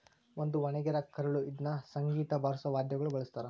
ಒಂದು ಒಣಗಿರ ಕರಳು ಇದ್ನ ಸಂಗೀತ ಬಾರ್ಸೋ ವಾದ್ಯಗುಳ ಬಳಸ್ತಾರ